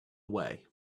way